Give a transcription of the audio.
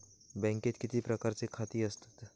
बँकेत किती प्रकारची खाती असतत?